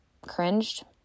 cringed